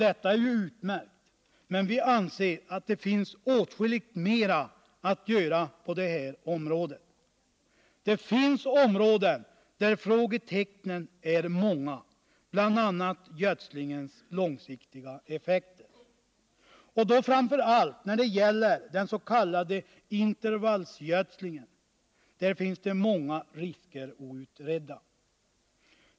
Det är ju utmärkt, men vi anser ändå att det finns åtskilligt mer att göra på det här området. Det finns områden där frågetecknen är många, bl.a. gödslingens långsiktiga effekter. Framför allt när det gäller den s.k. intervallsgödslingen finns det många outredda risker.